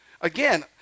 Again